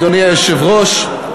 אדוני היושב-ראש,